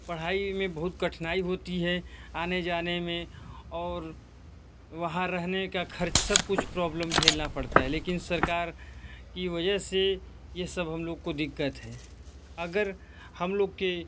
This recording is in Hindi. पढ़ाई में बहुत कठिनाई होती है आने जाने में और वहाँ रहने का खर्च सब कुछ प्रॉब्लम झेलना पड़ता है लेकिन सरकार की वजह से ये सब हम लोग को दिक़्क़त है अगर हम लोग के